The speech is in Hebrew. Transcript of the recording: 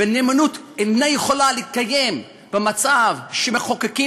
ונאמנות אינה יכולה להתקיים במצב שמחוקקים